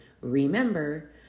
remember